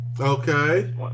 Okay